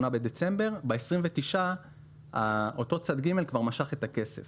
בדצמבר וב-29 אותו צד ג' כבר משך את הכסף.